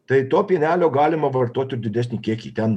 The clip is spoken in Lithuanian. tai to pienelio galima vartot ir didesnį kiekį ten